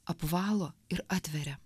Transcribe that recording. apvalo ir atveria